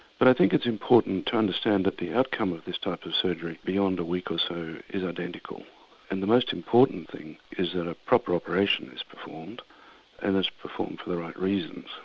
but i think it's important to understand that the outcome of this type of surgery beyond a week or so is identical and the most important thing is that a proper operation is performed and it's performed for the right reasons.